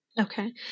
Okay